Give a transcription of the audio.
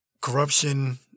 corruption